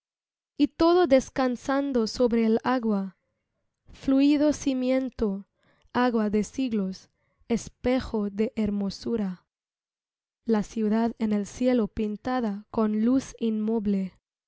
y todo descansando sobre el agua fluido cimiento agua de siglos espejo de hermosura la ciudad en el cielo pintada con luz inmoble